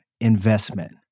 investment